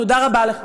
תודה רבה לך.